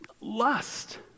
Lust